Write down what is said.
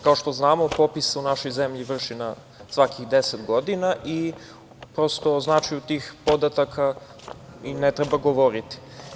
Kao što znamo popis se u našoj zemlji vrši na svakih deset godina i prosto o značaju tih podataka i ne treba govoriti.